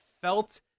felt